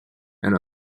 and